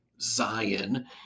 Zion